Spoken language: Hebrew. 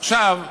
עכשיו,